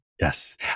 Yes